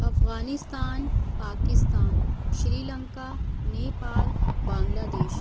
افغانستان پاکستان شری لنکا نیپال بنگلہ دیش